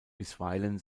bisweilen